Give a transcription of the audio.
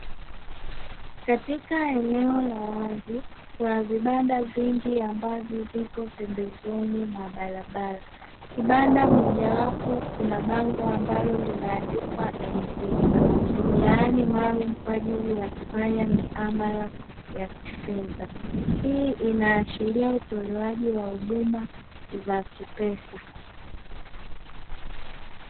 Katika eneo la wazi kuna vibanda vingi ambavyo viko pembezoni mwa barabara. Kibanda moja wapo kina bango ambalo limeandikwa "M-PESA", yaani maalumu kwa ajili ya kufanya miamala ya kifedha. Hii inaashiria utolewaji wa huduma za kipesa.